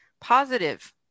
positive